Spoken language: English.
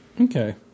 Okay